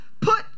put